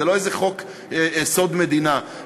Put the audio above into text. זה לא איזה חוק סוד מדינה,